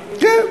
כן,